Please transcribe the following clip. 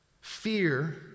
Fear